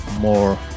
more